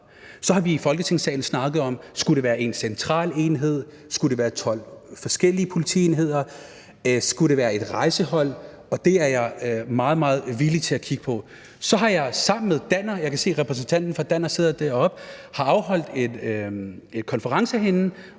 Så har vi i Folketingssalen snakket om: Skulle det være en central enhed, skulle det være 12 forskellige politienheder, skulle det være et rejsehold? Og det er jeg meget, meget villig til at kigge på. Så har jeg sammen med Danner – jeg kan se, at repræsentanten for Danner sidder deroppe – afholdt en konference herinde,